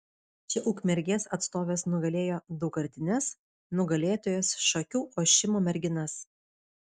čia ukmergės atstovės nugalėjo daugkartines nugalėtojas šakių ošimo merginas